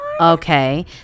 Okay